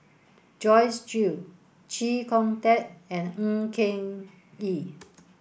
Joyce Jue Chee Kong Tet and Ng Eng Kee